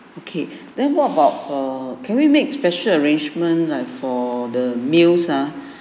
okay then what about err can we make special arrangements like for the meals ah